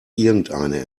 irgendeine